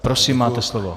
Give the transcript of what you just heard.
Prosím, máte slovo.